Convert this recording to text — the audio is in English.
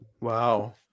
Wow